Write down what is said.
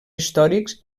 històrics